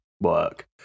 work